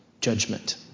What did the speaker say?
judgment